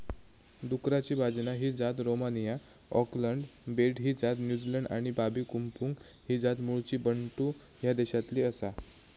डुकराची बाजना ही जात रोमानिया, ऑकलंड बेट ही जात न्युझीलंड आणि बाबी कंपुंग ही जात मूळची बंटू ह्या देशातली आसा